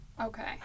Okay